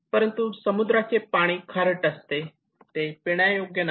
परंतु समुद्राचे पाणी खारट असते ते पिण्यायोग्य नाही